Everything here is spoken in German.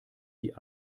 die